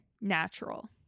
natural